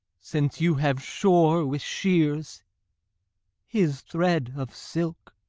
since you have shore with shears his thread of silk.